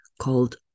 called